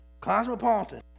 Cosmopolitan